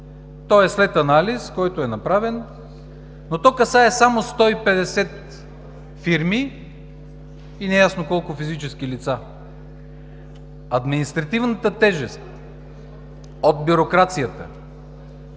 То е след анализ, който е направен, но то касае само 150 фирми и неясно колко физически лица. Административната тежест от бюрокрацията